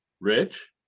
Rich